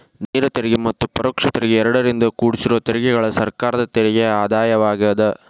ನೇರ ತೆರಿಗೆ ಮತ್ತ ಪರೋಕ್ಷ ತೆರಿಗೆ ಎರಡರಿಂದೂ ಕುಡ್ಸಿರೋ ತೆರಿಗೆಗಳ ಸರ್ಕಾರದ ತೆರಿಗೆ ಆದಾಯವಾಗ್ಯಾದ